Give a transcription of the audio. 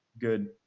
good